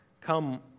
come